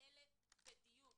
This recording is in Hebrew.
האלה בדיוק.